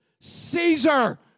Caesar